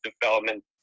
development